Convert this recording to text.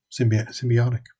symbiotic